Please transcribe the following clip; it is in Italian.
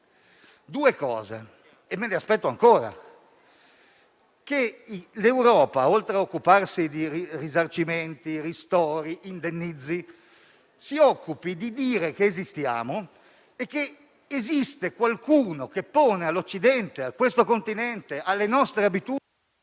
due cose e me le aspetto ancora: l'Europa, oltre a occuparsi di risarcimenti, ristori e indennizzi, si occupi di dire che esistiamo e che esiste qualcuno che pone all'Occidente, a questo Continente e alle nostre abitudini,